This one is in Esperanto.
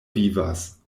vivas